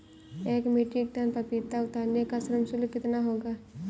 एक metric tonne पपीता उतारने का श्रम शुल्क कितना होगा?